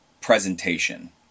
presentation